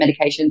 medications